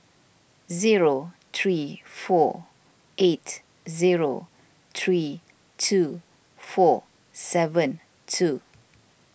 zero three four eight zero three two four seven two